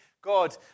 God